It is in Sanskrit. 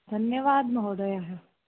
धन्यवाद महोदयः